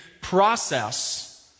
process